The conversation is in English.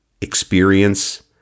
experience